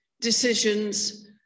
decisions